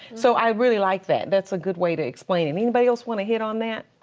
so i really like that. that's a good way to explain it. anybody else wanna hit on that?